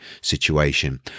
situation